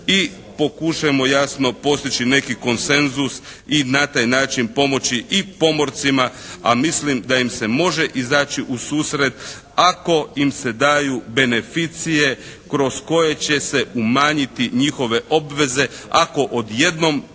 i pokušajmo jasno postići neki konsenzus i na taj način pomoći i pomorcima. A mislim da im se može izaći u susret ako im se daju beneficije kroz koje će se umanjiti njihove obveze ako odjednom